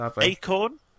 Acorn